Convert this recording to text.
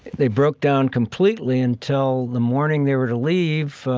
they broke down completely until the morning they were to leave,